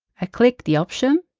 i click the option.